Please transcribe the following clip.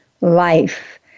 life